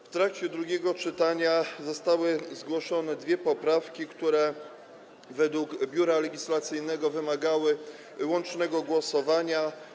W trakcie drugiego czytania zostały zgłoszone dwie poprawki, które według Biura Legislacyjnego wymagają łącznego głosowania.